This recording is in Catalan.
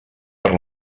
per